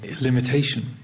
limitation